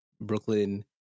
Brooklyn